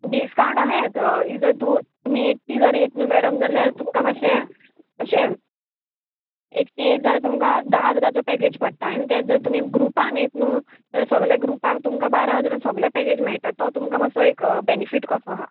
discount अहेंच if जर तूं तुमी एकटी जर येत न्हू मॅडम जाल्यार तुमकां मातशें अशें एकटी येत जाल्यार तुमकां धा हजाराचो पॅकेज पडटा आनी ते जर तुमी ग्रुपान येत न्हू जाल्यार सगल्या ग्रुपाक तुमकां बारा हजारान सगल्या पॅकेज मेळटा तो तुमकां मातसो एक बेनिफीट कसो आहा